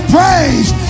praise